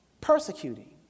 persecuting